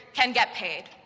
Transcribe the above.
can get paid.